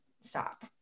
stop